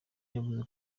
yavuze